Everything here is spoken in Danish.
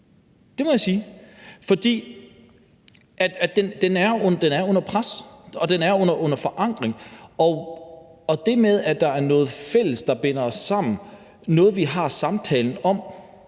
det må jeg sige. For den er under pres og under forandring, og det med, at der er noget fælles, der binder os sammen – noget, vi har samtalen om